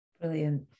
Brilliant